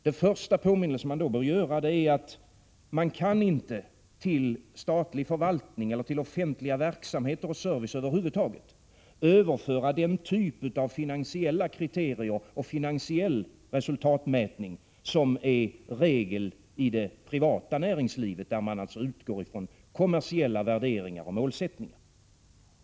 Det första man bör påminna om är att man inte till statlig förvaltning, eller till offentliga verksamheter och service över huvud taget, kan överföra den typ av resultatmätning och finansiella kriterier som är regel i det privata näringslivet, där man utgår från kommersiella värderingar och målsättningar.